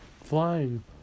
flying